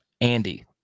Andy